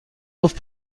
گفت